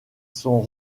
sont